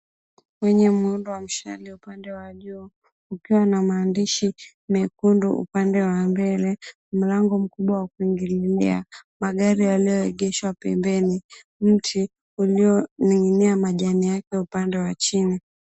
...wenye muundo wa mshale upande wa juu ukiwa na maandishi mekundu upande wa mbele, mlango mkubwa wa kuingililia, magari yalioegeshwa pembeni, mti ulioning'inia majani yake upande wa chini.